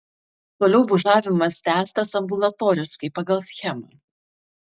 toliau bužavimas tęstas ambulatoriškai pagal schemą